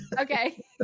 Okay